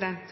byen.